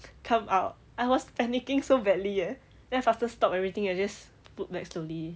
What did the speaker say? come out I was panicking so badly eh then I faster stop everything and just put back slowly